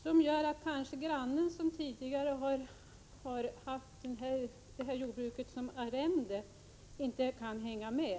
Det kan innebära att en granne som tidigare haft jordbruket som arrende inte kan hänga med.